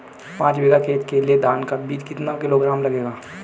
पाँच बीघा खेत के लिये धान का बीज कितना किलोग्राम लगेगा?